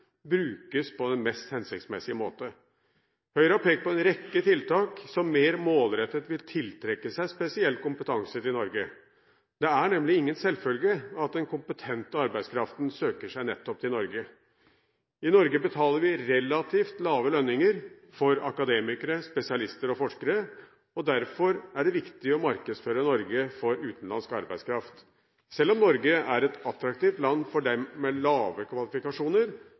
brukes på en mest hensiktsmessig måte. Høyre har pekt på en rekke tiltak som mer målrettet vil tiltrekke seg spesiell kompetanse til Norge. Det er nemlig ingen selvfølge at den kompetente arbeidskraften søker seg nettopp til Norge. I Norge betaler vi relativt lave lønninger for akademikere, spesialister og forskere, og derfor er det viktig å markedsføre Norge for utenlandsk arbeidskraft. Selv om Norge er et attraktivt land for dem med lave kvalifikasjoner,